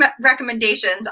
recommendations